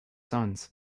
sons